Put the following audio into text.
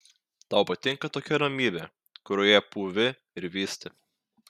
tau patinka tokia ramybė kurioje pūvi ir vysti